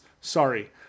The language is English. Sorry